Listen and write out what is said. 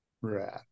right